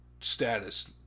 status